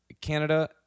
Canada